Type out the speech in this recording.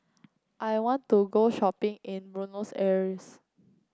I want to go shopping in Buenos Aires